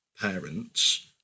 parents